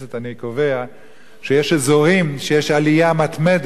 אני קובע שיש אזורים שיש בהם עלייה מתמדת